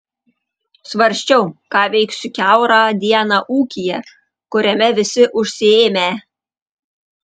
svarsčiau ką veiksiu kiaurą dieną ūkyje kuriame visi užsiėmę